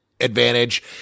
advantage